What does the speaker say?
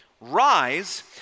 rise